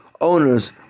owners